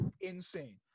insane